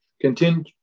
continue